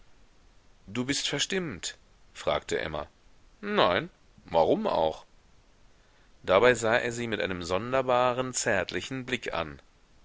du bist verstimmt fragte emma nein warum auch dabei sah er sie mit einem sonderbaren zärtlichen blick an